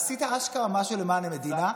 עשית אשכרה משהו למען המדינה?